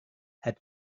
had